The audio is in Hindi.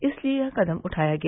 इसलिये यह कदम उठाया गया